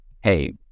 hey